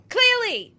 Clearly